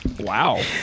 Wow